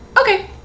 Okay